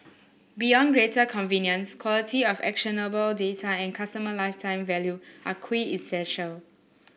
beyond greater convenience quality of actionable data and customer lifetime value are quintessential